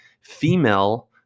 female